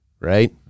Right